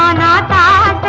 um da da